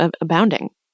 abounding